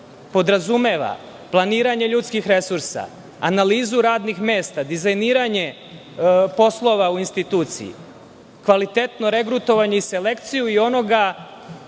podrazumeva planiranje ljudskih resursa, analizu radnih mesta, dizajniranje poslova u instituciji, kvalitetno regrutovanje i selekciju onoga